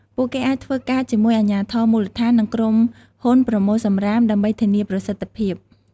ពួកគេអាចធ្វើការជាមួយអាជ្ញាធរមូលដ្ឋាន និងក្រុមហ៊ុនប្រមូលសំរាមដើម្បីធានាប្រសិទ្ធភាព។